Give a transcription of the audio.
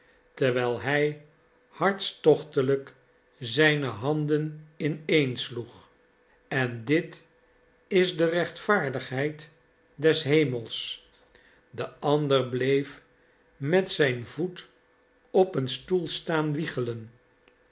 terwijl hij hartstochtelijk zijne handen ineensloeg en dit is de rechtvaardigheid des hemels de ander bleef met zijn voet op een stoel staan wiegelen